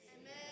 Amen